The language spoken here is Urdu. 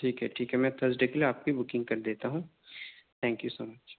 ٹھیک ہے ٹھیک ہے میں تھرسڈے کے لیے آپ کی بکنگ کر دیتا ہوں تھینک یو سو مچ